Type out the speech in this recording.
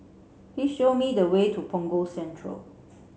please show me the way to Punggol Central